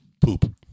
Poop